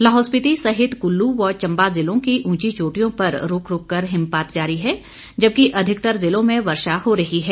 लाहौल स्पीति सहित कुल्लू व चंबा जिलों की उंची चोटियों पर रूक रूक कर हिमपात जारी है जबकि अधिकतर जिलों में वर्षा हो रही है